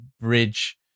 bridge